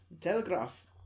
Telegraph